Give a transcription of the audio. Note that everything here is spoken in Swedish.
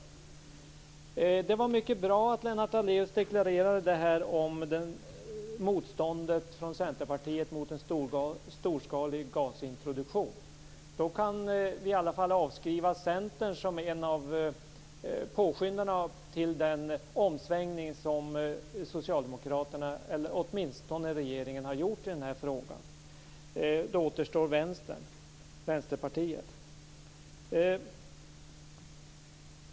Det var mycket bra att Lennart Daléus deklarerade motståndet från Centerpartiet till en storskalig gasintroduktion. Då kan vi i varje fall avskriva Centern som en av påskyndarna till den omsvängning som Socialdemokraterna eller åtminstone regeringen har gjort i den här frågan. Då återstår Vänsterpartiet.